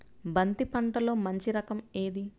బంతి పంటలో మంచి రకం ఏది?